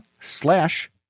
slash